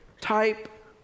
type